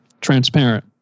transparent